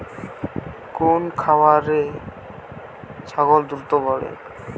কোন খাওয়ারে ছাগল দ্রুত বাড়ে?